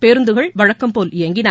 பேருந்துகள் வழக்கம்போல இயங்கின